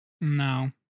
No